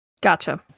Gotcha